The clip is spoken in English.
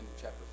chapter